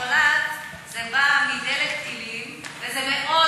פרכלורט זה בא מדלק טילים וזה מאוד